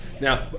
Now